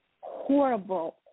horrible